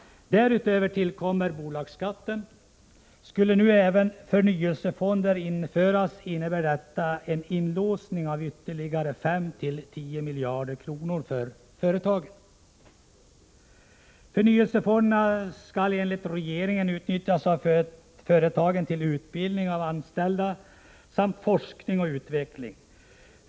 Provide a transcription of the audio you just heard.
Därutöver tillkommer bolagsskatten. Skulle nu även förnyelsefonder införas innebär detta en inlåsning av ytterligare 5-10 miljarder kronor för företagen. Förnyelsefonderna skall enligt regeringen utnyttjas av företagen till utbildning av anställda samt forskning och utveckling.